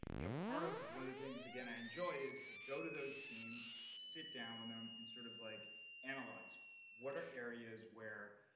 you know, part of one of the things, again, i enjoy is ah go to those teams i sit down with them and sort of like analyze what are areas where,